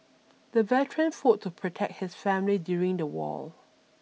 the veteran fought to protect his family during the war